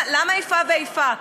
למה איפה ואיפה?